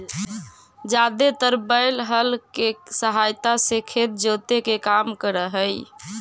जादेतर बैल हल केसहायता से खेत जोते के काम कर हई